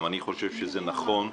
גם אני חושב שזה נכון.